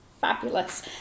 fabulous